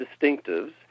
distinctives